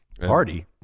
Party